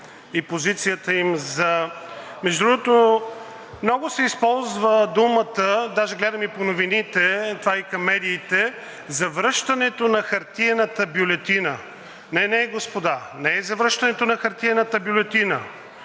Между другото, много се използва думата, даже гледам и по новините, това и към медиите – завръщането на хартиената бюлетина. Не, не, господа, не е завръщане на хартиената бюлетина,